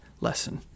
lesson